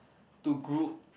to group